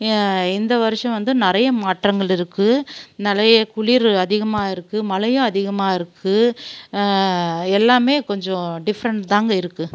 இந்த வருஷம் வந்து நிறைய மாற்றங்கள் இருக்குது நிறைய குளிர் அதிகமாக இருக்குது மழையும் அதிகமாக இருக்குது எல்லாமே கொஞ்சம் டிஃப்ரெண்ட் தாங்க இருக்குது